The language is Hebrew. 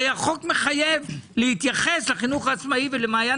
הרי החוק מחייב להתייחס לחינוך העצמאי ולמעיין